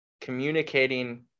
communicating